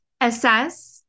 assess